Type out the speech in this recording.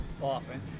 often